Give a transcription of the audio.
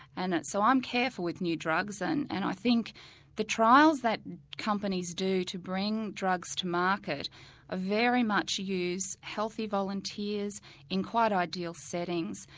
and so i'm careful with new drugs and and i think the trials that companies do to bring drugs to market ah very much use healthy volunteers in quite ideal settings.